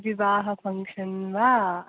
विवाह फ़न्क्षन् वा